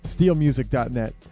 SteelMusic.net